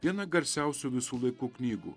viena garsiausių visų laikų knygų